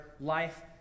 life